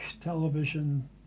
television